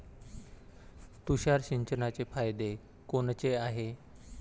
तुषार सिंचनाचे फायदे कोनचे हाये?